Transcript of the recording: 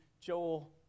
Joel